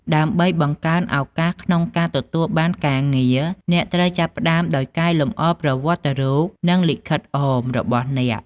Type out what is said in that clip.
ដើម្បីបង្កើនឱកាសក្នុងការទទួលបានការងារ អ្នកត្រូវចាប់ផ្តើមដោយកែលម្អប្រវត្តិរូប និងលិខិតអម របស់អ្នក។